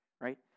right